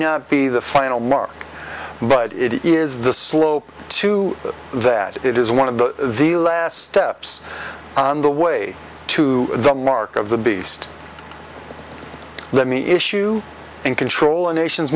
not be the final mark but it is the slope to that it is one of the last steps on the way to the mark of the beast let me issue and control a nation